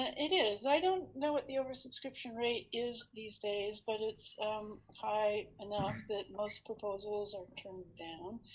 it is. i don't know what the oversubscription rate is these days, but it's um high enough that most proposals are turned down.